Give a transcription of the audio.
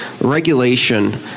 regulation